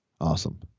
awesome